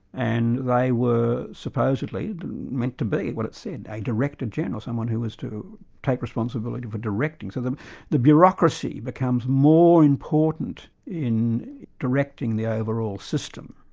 and they were supposedly meant to be what it said, a director-general, someone who was to take responsibility for directing. so the bureaucracy becomes more important in directing the overall system,